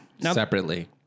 Separately